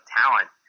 talent